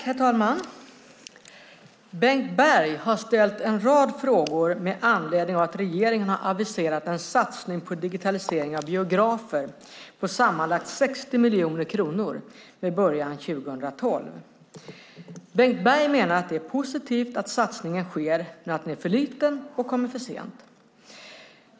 Herr talman! Bengt Berg har ställt en rad frågor med anledning av att regeringen har aviserat en satsning på digitalisering av biografer på sammanlagt 60 miljoner kronor med början 2012. Bengt Berg menar att det är positivt att satsningen sker men anser att den är för liten och kommer för sent.